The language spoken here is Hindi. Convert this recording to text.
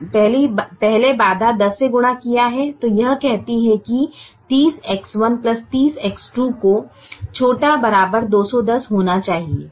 पहले बाधा 10 से गुणा किया है तो यह कहती है कि 30X1 30X2 को ≤ 210 होना चाहिए